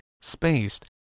spaced